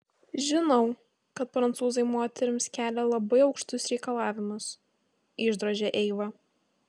žinau kad prancūzai moterims kelia labai aukštus reikalavimus išdrožė eiva